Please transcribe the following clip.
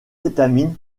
étamines